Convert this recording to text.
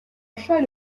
achats